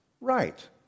Right